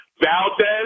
Valdez